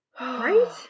Right